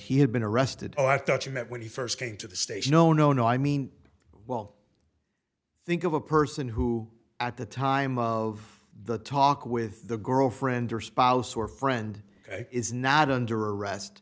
he had been arrested i thought you meant when he st came to the stage no no no i mean well think of a person who at the time of the talk with the girlfriend or spouse or friend is not under arrest